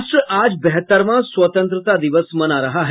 राष्ट्र आज बहत्तरवां स्वतंत्रता दिवस मना रहा है